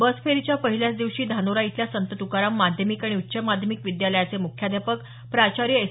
बस फेरीच्या पहिल्याच दिवशी धानोरा इथल्या संत तुकाराम माध्यमिक आणि उच्च माध्यमिक विद्यालयाचे मुख्याध्यापक प्राचार्य एस